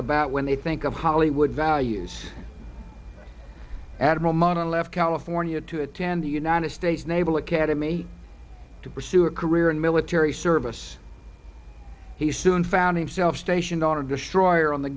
about when they think of hollywood values at a moment on left california to attend the united states naval academy to pursue a career in military service he soon found himself station daughter destroyer on the